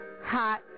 hot